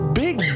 big